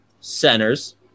centers